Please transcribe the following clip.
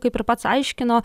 kaip ir pats aiškino